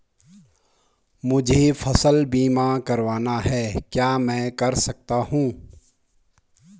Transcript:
मुझे फसल बीमा करवाना है क्या मैं कर सकता हूँ?